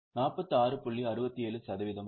67 சதவீதமாகும்